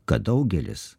kad daugelis